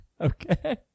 Okay